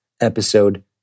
episode